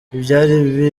ibyari